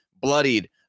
bloodied